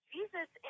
Jesus